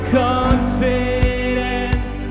confidence